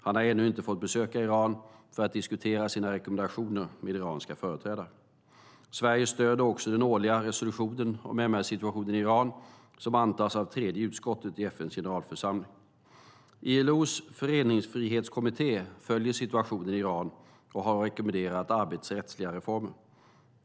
Han har ännu inte fått besöka Iran för att diskutera sina rekommendationer med iranska företrädare. Sverige stöder också den årliga resolutionen om MR-situationen i Iran som antas av tredje utskottet i FN:s generalförsamling. ILO:s föreningsfrihetskommitté följer situationen i Iran och har rekommenderat arbetsrättsliga reformer.